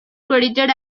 credited